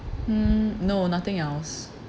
mm no nothing else